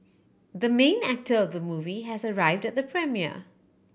the main actor of the movie has arrived at the premiere